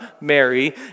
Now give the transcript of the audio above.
Mary